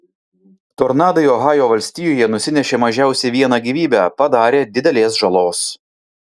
tornadai ohajo valstijoje nusinešė mažiausiai vieną gyvybę padarė didelės žalos